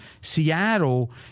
Seattle